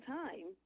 time